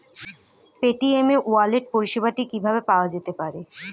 Paytm e wallet পরিষেবাটি কিভাবে পাওয়া যেতে পারে?